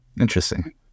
Interesting